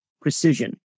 Precision